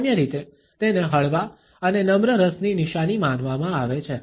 સામાન્ય રીતે તેને હળવા અને નમ્ર રસની નિશાની માનવામાં આવે છે